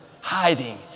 Hiding